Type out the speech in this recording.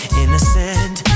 innocent